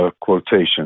quotation